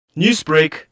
Newsbreak